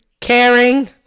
Caring